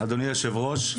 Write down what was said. אדוני היושב-ראש,